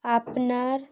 আপনার